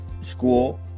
school